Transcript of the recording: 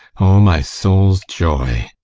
o my soul's joy!